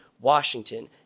Washington